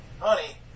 Honey